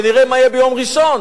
ונראה מה יהיה ביום ראשון,